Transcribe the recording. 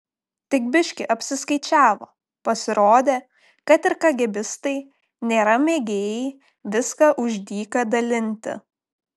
tik biški apsiskaičiavo pasirodė kad ir kagėbistai nėra mėgėjai viską už dyką dalinti